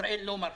ישראל לא מרשה.